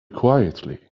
quietly